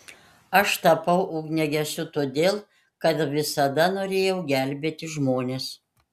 aš tapau ugniagesiu todėl kad visada norėjau gelbėti žmones